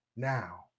now